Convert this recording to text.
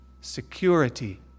security